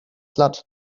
platt